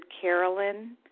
Carolyn